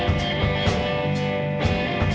and